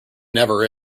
never